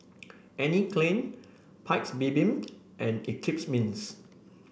Anne Klein Paik's Bibim and Eclipse Mints